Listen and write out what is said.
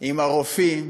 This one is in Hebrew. עם הרופאים,